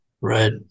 Right